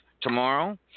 Tomorrow